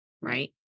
right